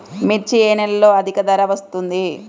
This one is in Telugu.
మిర్చి ఏ నెలలో అధిక ధర వస్తుంది?